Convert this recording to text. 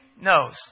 knows